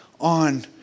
on